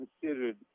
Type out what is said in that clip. considered